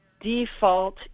default